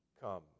come